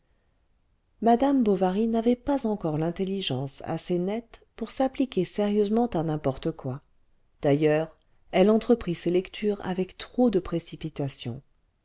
madame bovary n'avait pas encore l'intelligence assez nette pour s'appliquer sérieusement à n'importe quoi d'ailleurs elle entreprit ces lectures avec trop de précipitation